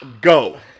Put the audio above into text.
go